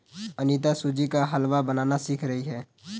अनीता सूजी का हलवा बनाना सीख रही है